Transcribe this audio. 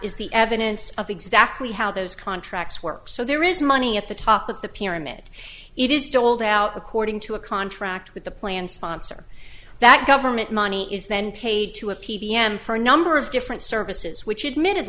is the evidence of exactly how those contracts work so there is money at the top of the pyramid it is doled out according to a contract with the plan sponsor that government money is then paid to a p b m for a number of different services which admitted